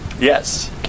Yes